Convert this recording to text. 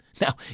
Now